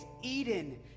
Eden